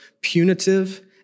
punitive